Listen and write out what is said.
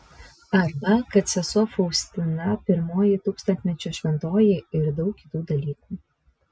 arba kad sesuo faustina pirmoji tūkstantmečio šventoji ir daug kitų dalykų